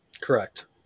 Correct